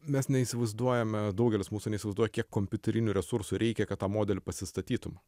mes neįsivaizduojame daugelis mūsų neįsivaizduoja kiek kompiuterinių resursų reikia kad tą modelį pasistatytum